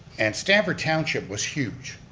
and stanford township was huge.